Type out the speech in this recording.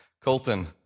Colton